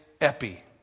epi